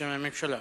בשם הממשלה.